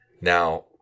Now